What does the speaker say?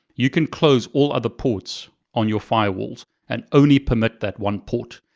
you can close all other ports on your firewalls and only permit that one port.